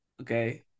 Okay